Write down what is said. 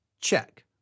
Check